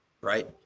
Right